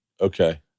Okay